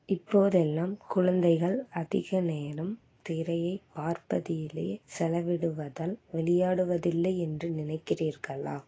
இப்போதெல்லாம் குழந்தைகள் அதிக நேரம் திரையைப் பார்ப்பதிலேயே செலவிடுவதால் விளையாடுவதில்லை என்று நினைக்கிறீர்களா